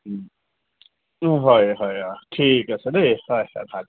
হয় হয় ঠিক আছে দেই হয় হয়